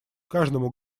каждому